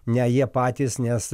ne jie patys nes